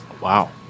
wow